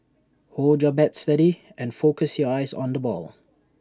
hold your bat steady and focus your eyes on the ball